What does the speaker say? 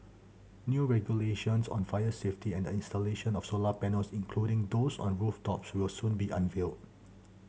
new regulations on fire safety and the installation of solar panels including those on rooftops will soon be unveiled